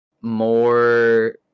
more